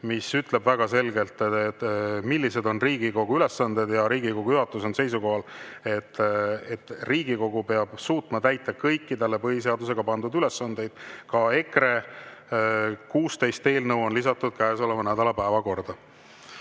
mis ütleb väga selgelt, millised on Riigikogu ülesanded. Riigikogu juhatus on seisukohal, et Riigikogu peab suutma täita kõiki talle põhiseadusega pandud ülesandeid. Ka EKRE 16 eelnõu on lisatud käesoleva nädala päevakorda. Kert